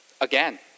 again